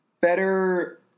better